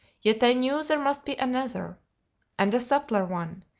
yet i knew there must be another and a subtler one,